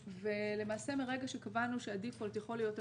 למעשה מרגע שקבענו שהדיפולט יכול להיות אנגלית,